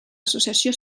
associació